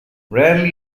rarely